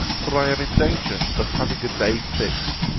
for i am in danger of having a day fixed,